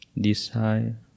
desire